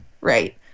right